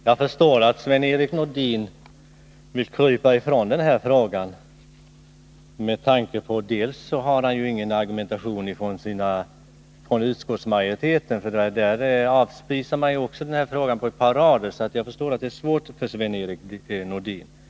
Herr talman! Jag förstår att Sven-Erik Nordin vill krypa ifrån den här frågan med tanke på att han inte har någon argumentation från utskottsmajoriteten att stödja sig på. Där avspisar man den här frågan på ett par rader, så jag förstår att det är svårt för Sven-Erik Nordin.